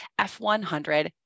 F100